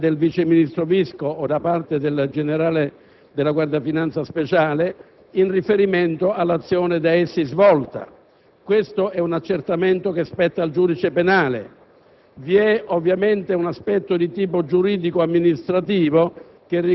riguarda l'eventualità che siano stati commessi reati da parte del vice ministro Visco o da parte del generale della Guardia di finanza Speciale, in riferimento all'azione da essi svolta. Questo è un accertamento che spetta al giudice penale.